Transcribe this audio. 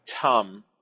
Tum